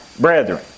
brethren